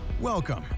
Welcome